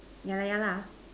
yeah lah yeah lah